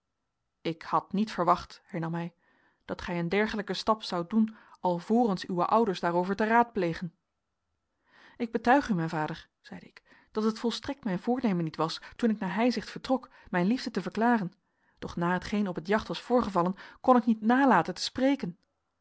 ik had niet verwacht hernam hij dat gij een dergelijken stap zoudt doen alvorens uwe ouders daarover te raadplegen ik betuig u mijn vader zeide ik dat het volstrekt mijn voornemen niet was toen ik naar heizicht vertrok mijn liefde te verklaren doch na hetgeen op het jacht was voorgevallen kon ik niet nalaten te spreken